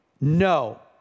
No